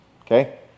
Okay